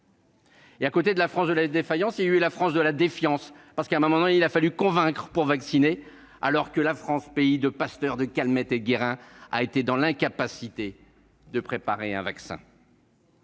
À côté de la France de la défaillance, il y a eu la France de la défiance. Il a fallu convaincre pour vacciner, alors que la France, pays de Pasteur, de Calmette et Guérin, a été dans l'incapacité de préparer un vaccin.